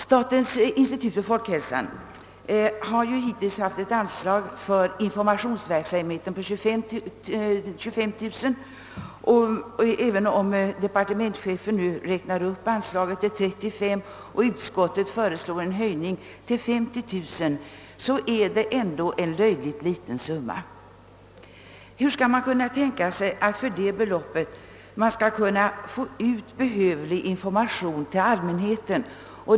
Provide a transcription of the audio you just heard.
Statens institut för folkhälsan har haft ett anslag på 25 000 kronor för informationsverksamhet, och även om departementschefen nu vill räkna upp anslaget till 35 000 och utskottet föreslår en höjning till 50 000 kronor, är det ändå en löjligt liten summa. Hur skall man kunna tänka sig att för det beloppet få ut behövlig information till allmänheten?